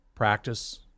practice